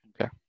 Okay